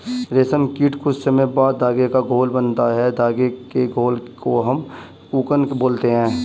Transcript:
रेशम कीट कुछ समय बाद धागे का घोल बनाता है धागे के घोल को हम कोकून बोलते हैं